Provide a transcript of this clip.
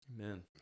Amen